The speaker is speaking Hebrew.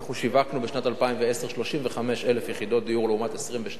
ב-2010 שיווקנו 35,000 יחידות דיור, לעומת 22,000